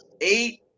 Eight